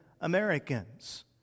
Americans